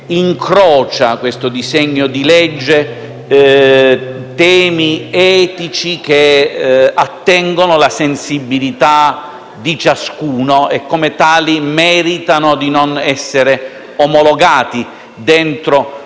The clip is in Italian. che questo disegno di legge affronti temi etici che attengono alla sensibilità di ciascuno e, come tali, meritano di non essere omologati dentro